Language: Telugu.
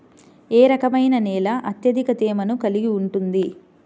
ఏ రకమైన నేల అత్యధిక తేమను కలిగి ఉంటుంది?